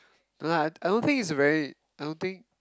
no lah I I don't think it's a very I don't think